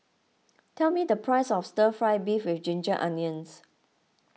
tell me the price of Stir Fry Beef with Ginger Onions